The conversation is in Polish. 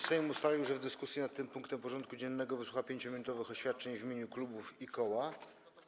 Sejm ustalił, że w dyskusji nad tym punktem porządku dziennego wysłucha 5-minutowych oświadczeń w imieniu klubów i koła.